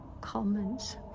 comments